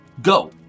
Go